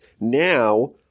now